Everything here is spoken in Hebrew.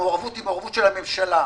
המעורבות היא מעורבות של הממשלה,